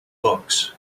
books